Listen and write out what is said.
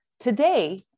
Today